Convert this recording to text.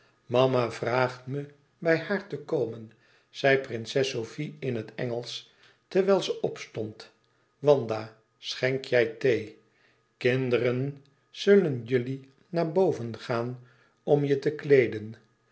mama vraagt me bij haar te komen zei prinses sofie in het engelsch terwijl ze opstond wanda schenk jij thee kinderen zullen jullie naar boven gaan om je te kleeden